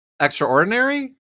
Extraordinary